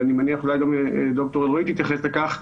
ואני מניח אולי גם ד"ר אלרעי תתייחס לכך,